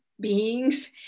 beings